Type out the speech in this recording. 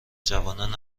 جوانان